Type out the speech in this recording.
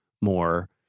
more